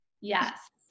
Yes